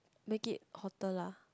make it hotter lah